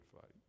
fight